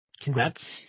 Congrats